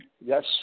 Yes